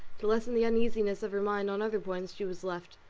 to lessen the uneasiness of her mind on other points she was left,